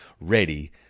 ready